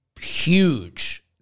huge